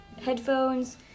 headphones